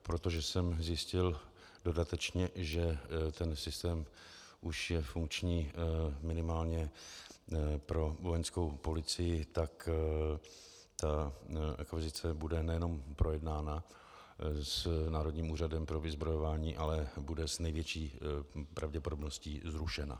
Protože jsem zjistil dodatečně, že ten systém už je funkční minimálně pro Vojenskou policii, tak ta akvizice bude nejenom projednána s Národním úřadem pro vyzbrojování, ale bude s největší pravděpodobností i zrušena.